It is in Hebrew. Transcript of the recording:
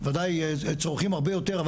וודאי צורכים הרבה יותר,